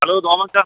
hello തോമാച്ച